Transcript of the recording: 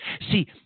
See